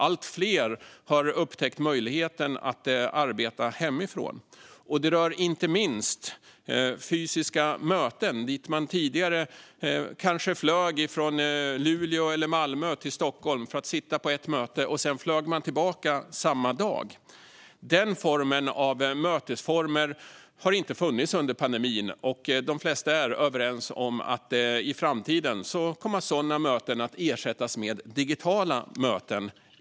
Allt fler har upptäckt möjligheten att arbeta hemifrån. Det rör inte minst fysiska möten - tidigare kanske man flög från Luleå eller Malmö till Stockholm för att delta i ett möte. Sedan flög man tillbaka samma dag. Denna mötesform har inte funnits under pandemin, och de flesta är överens om att sådana möten i framtiden kommer att ersättas med digitala möten.